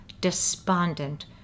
despondent